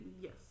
Yes